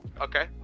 Okay